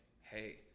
Hey